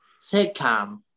sitcom